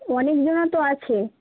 অনেকজন তো আছে